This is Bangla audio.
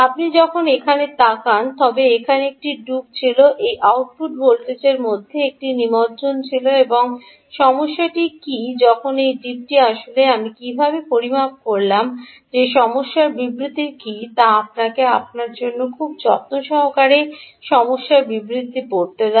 আপনি যদি এখানে তাকান তবে এখানে একটি নিমজ্জন ছিল এই আউটপুট ভোল্টেজের মধ্যে একটি নিমজ্জন ছিল এবং সমস্যাটি কী যখন এই ডিপটি আসছিল আমি কীভাবে পরিমাপ করলাম সমস্যা বিবৃতিটি কী তা আমাকে আপনার জন্য খুব যত্ন সহকারে সমস্যা বিবৃতিটি পড়তে দেয়